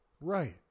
right